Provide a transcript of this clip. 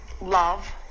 love